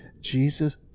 Jesus